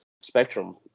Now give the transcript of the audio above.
spectrum